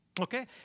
okay